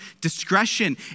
discretion